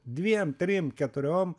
dviem trim keturiom